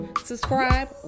subscribe